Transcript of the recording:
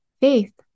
Faith